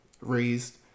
raised